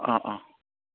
অঁ অঁ